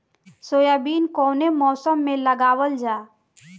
Soybean कौने मौसम में लगावल जा?